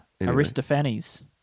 Aristophanes